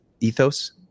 ethos